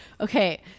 Okay